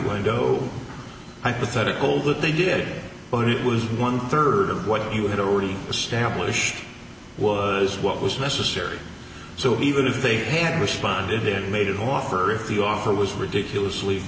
go hypothetical that they did but it was one third of what you had already a stamp wish was what was necessary so even if they had responded it made it offer if the offer was ridiculously